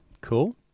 Cool